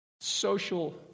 social